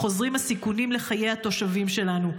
חוזרים הסיכונים לחיי התושבים שלנו.